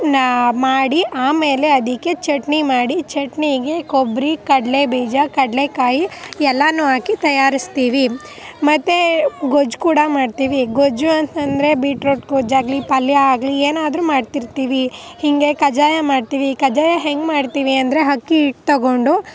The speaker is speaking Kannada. ನಾನು ಮಾಡಿ ಆಮೇಲೆ ಅದಕ್ಕೆ ಚಟ್ನಿ ಮಾಡಿ ಚಟ್ನಿಗೆ ಕೊಬ್ಬರಿ ಕಡಲೇ ಬೀಜ ಕಡಲೇ ಕಾಯಿ ಎಲ್ಲನೂ ಹಾಕಿ ತಯಾರಿಸ್ತೀವಿ ಮತ್ತೆ ಗೊಜ್ಜು ಕೂಡ ಮಾಡ್ತೀವಿ ಗೊಜ್ಜು ಅಂತಂದರೆ ಬಿಟ್ರೋಟ್ ಗೊಜ್ಜಾಗಲಿ ಪಲ್ಯ ಆಗಲಿ ಏನಾದರೂ ಮಾಡ್ತಿರ್ತೀವಿ ಹೀಗೆ ಕಜ್ಜಾಯ ಮಾಡ್ತೀವಿ ಕಜ್ಜಾಯ ಹೆಂಗೆ ಮಾಡ್ತೀವಿ ಅಂದರೆ ಹಕ್ಕಿ ಹಿಟ್ಟು ತಗೊಂಡು